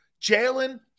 Jalen